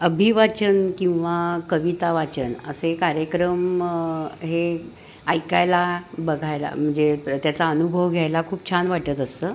अभिवाचन किंवा कविता वाचन असे कार्यक्रम हे ऐकायला बघायला म्हणजे त्याचा अनुभव घ्यायला खूप छान वाटत असतं